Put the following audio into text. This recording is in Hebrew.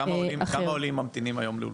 כמה עולים ממתינים היום לאולפנים?